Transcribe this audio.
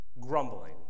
Grumbling